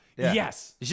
Yes